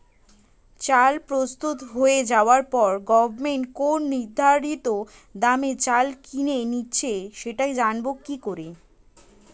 চাল প্রস্তুত হয়ে যাবার পরে গভমেন্ট কোন নির্ধারিত দামে চাল কিনে নিচ্ছে সেটা জানবো কি করে?